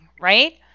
right